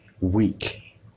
weak